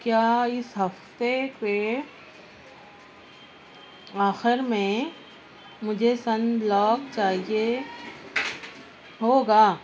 کیا اس ہفتے کے آخر میں مجھے سن بلاک چاہیے ہوگا